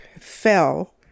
fell